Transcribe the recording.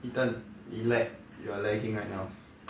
ethan he leg you are lagging right now